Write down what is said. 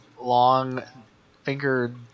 long-fingered